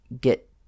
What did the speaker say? get